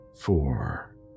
four